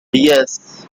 yes